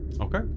Okay